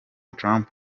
trump